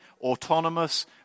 autonomous